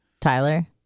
Tyler